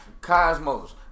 Cosmos